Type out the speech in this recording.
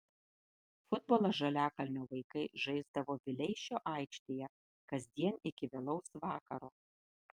futbolą žaliakalnio vaikai žaisdavo vileišio aikštėje kasdien iki vėlaus vakaro